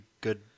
good